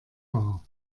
war